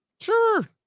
Sure